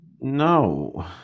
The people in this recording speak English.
No